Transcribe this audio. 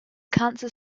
cancer